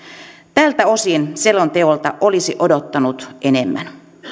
tältä osin selonteolta olisi odottanut enemmän